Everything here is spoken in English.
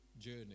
journey